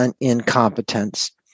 incompetence